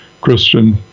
Christian